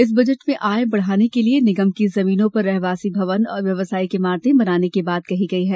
इस बजट में आय बढ़ाने के लिये निगम की जमीनों पर रहवासी भवन और व्यावसायिक इमारतें बनाने की बात कही गई है